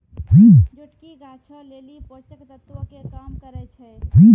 जोटकी गाछो लेली पोषक तत्वो के काम करै छै